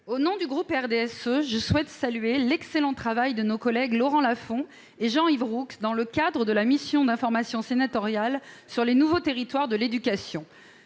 Au nom du groupe RDSE, je souhaite saluer l'excellent travail accompli par nos collègues Laurent Lafon et Jean-Yves Roux dans le cadre de la mission d'information sénatoriale sur les nouveaux territoires de l'éducation.